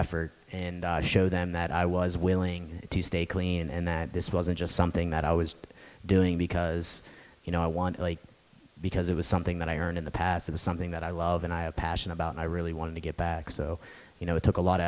effort and show them that i was willing to stay clean and that this wasn't just something that i was doing because you know i want to because it was something that i earned in the past it was something that i love and i have passion about and i really wanted to get back so you know it took a lot of